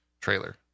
trailer